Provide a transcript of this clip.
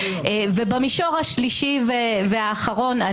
ובמישור השלישי והאחרון,